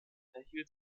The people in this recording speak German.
erhielt